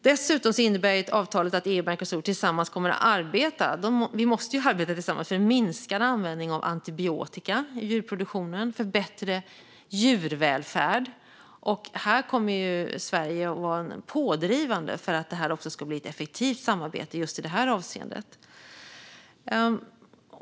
Dessutom innebär avtalet att EU och Mercosur kommer att arbeta tillsammans. Vi måste arbeta tillsammans för en minskad användning av antibiotika i djurproduktionen och för bättre djurvälfärd. Sverige kommer att vara pådrivande för att detta också ska bli ett effektivt samarbete just i detta avseende.